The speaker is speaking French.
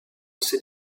seul